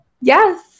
Yes